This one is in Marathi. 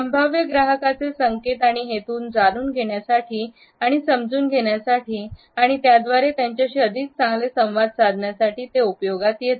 संभाव्य ग्राहकांचे संकेत आणि हेतू जाणून घेण्यासाठी आणि समजून घेण्यासाठी आणि त्याद्वारे त्यांच्याशी अधिक चांगले संवाद साधण्यासाठी उपयोगात येते